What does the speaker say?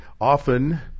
often